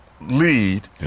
lead